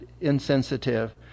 insensitive